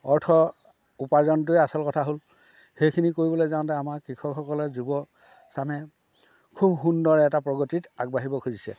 অৰ্থ উপাৰ্জনটোৱে আচল কথা হ'ল সেইখিনি কৰিবলৈ যাওঁতে আমাৰ কৃষকসকলে যুৱচামে খুব সুন্দৰ এটা প্ৰগতিত আগবাঢ়িব খুজিছে